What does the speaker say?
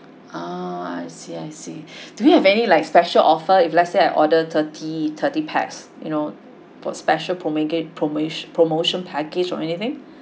ah I see I see do you have any like special offer if let's say I order thirty thirty pax you know for special promoti~ promotion package or anything